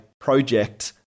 project